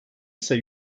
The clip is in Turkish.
ise